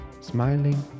smiling